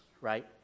right